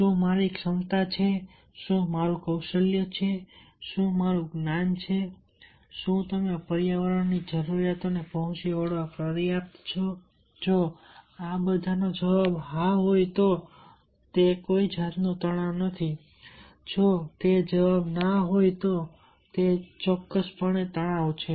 શું મારી ક્ષમતા છે શું મારું કૌશલ્ય છે શું મારું જ્ઞાન છે શું તમે પર્યાવરણની જરૂરિયાતોને પહોંચી વળવા પર્યાપ્ત છે જો હા હોય તો કોઈ તણાવ નથી જો તે ના હોય તો એ તણાવ છે